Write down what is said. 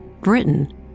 Britain